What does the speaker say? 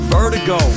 Vertigo